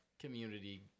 community